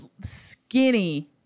skinny